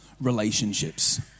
relationships